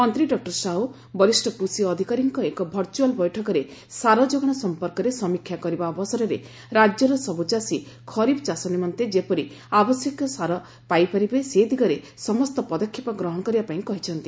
ମନ୍ତୀ ଡଃ ସାହୁ ବରିଷ୍ କୁଷି ଅଧିକାରୀଙ୍ଙ ଏକ ଭର୍ର୍ରଆଲ୍ ବୈଠକରେ ସାର ଯୋଗାଣ ସମ୍ମର୍କରେ ସମୀକ୍ଷା କରିବା ଅବସରେ ରାଜ୍ୟର ସବୁ ଚାଷୀ ଖରିଫ୍ ଚାଷ ନିମନ୍ତେ ଯେପରି ଆବଶ୍ୟକୀୟ ସାର ପାଇପାରିବେ ସେ ଦିଗରେ ସମସ୍ତ ପଦକ୍ଷେପ ଗ୍ରହଣ କରିବା ପାଇଁ କହିଛନ୍ତି